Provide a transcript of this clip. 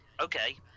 Okay